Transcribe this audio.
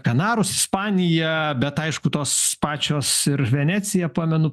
kanarus ispaniją bet aišku tos pačios ir venecija pamenu